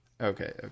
Okay